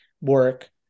work